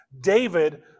David